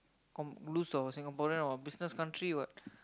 com~ lose to our Singaporean or business country what